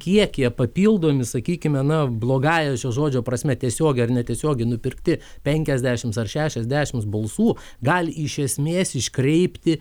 kiekyje papildomi sakykime na blogąja šio žodžio prasme tiesiogiai ar netiesiogiai nupirkti penkiasdešimt ar šešiasdešimt balsų gali iš esmės iškreipti